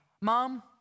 Mom